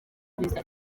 perezida